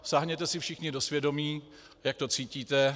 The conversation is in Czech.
Sáhněte si všichni do svědomí, jak to cítíte.